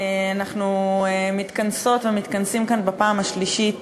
אנחנו מתכנסות ומתכנסים כאן בפעם השלישית